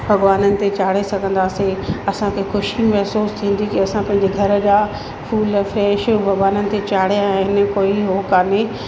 भॻिवाननि ते चाढ़े सघंदासीं असांखे ख़ुशी महसूसु थींदी असां पंहिंजे घर जा फूल फ्रेश भॻिवाननि ते चाढ़े आहिनि कोई हो कोन्हे